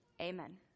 Amen